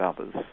others